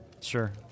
Sure